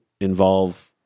involve